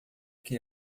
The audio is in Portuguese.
que